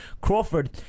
Crawford